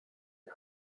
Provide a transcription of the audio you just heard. get